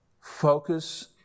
Focus